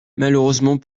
malheureusement